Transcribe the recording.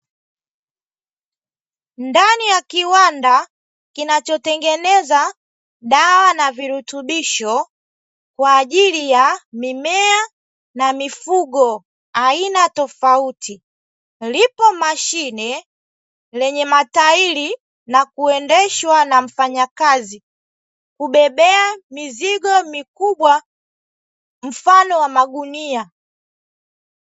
Ndani ya kiwanda kinachotengeneza dawa na virutubisho kwa ajili ya mimea na mifugo aina tofauti, lipo mashine lenye matahiri na kuendeshwa na mfanyakazi kubebea mizigo mikubwa mfano wa magunia.